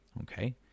okay